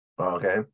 Okay